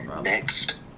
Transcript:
next